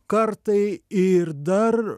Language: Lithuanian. kartai ir dar